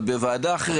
אבל בוועדה אחרת,